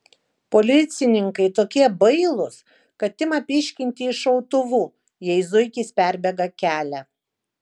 policininkai tokie bailūs kad ima pyškinti iš šautuvų jei zuikis perbėga kelią